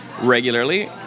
regularly